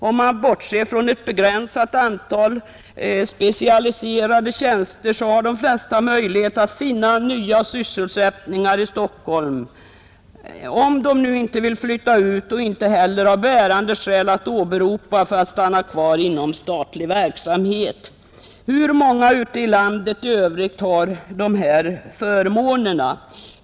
Om man bortser från ett begränsat antal specialiserade tjänster har de flesta möjligheter att finna nya sysselsättningar i Stockholm, om de inte vill flytta ut och inte heller har bärande skäl att åberopa för att stanna kvar inom statlig verksamhet. Hur många ute i landet i övrigt har sådana förmåner?